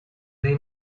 they